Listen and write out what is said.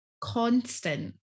constant